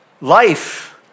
Life